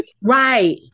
Right